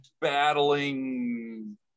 battling